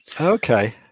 Okay